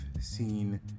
seen